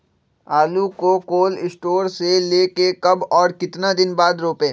आलु को cold storage से ले के कब और कितना दिन बाद रोपे?